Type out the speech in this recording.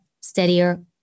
steadier